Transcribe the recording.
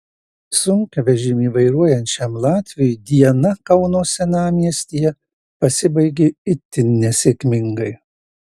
sunkvežimį vairuojančiam latviui diena kauno senamiestyje pasibaigė itin nesėkmingai